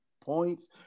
points